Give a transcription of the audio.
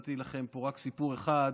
ונתתי לכם פה רק סיפור אחד,